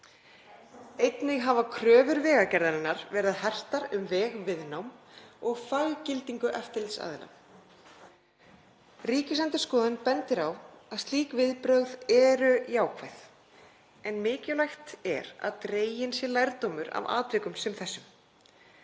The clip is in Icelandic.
Einnig hafa kröfur Vegagerðarinnar verði hertar um vegviðnám og faggildingu eftirlitsaðila. Ríkisendurskoðun bendir á að slík viðbrögð eru jákvæð en mikilvægt er að dreginn sé lærdómur af atvikum sem þessum.